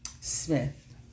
Smith